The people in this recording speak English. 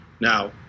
Now